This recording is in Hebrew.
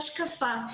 השקפה,